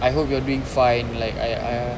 I hope you're doing fine like I I